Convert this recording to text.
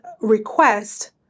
request